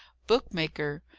book-maker.